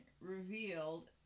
revealed